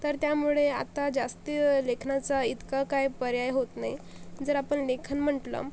तर त्यामुळे आता जास्ती लेखनाचा इतका काय पर्याय होत नाही जर आपण लेखन म्हटलं